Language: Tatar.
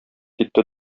китте